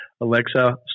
alexa